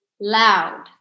loud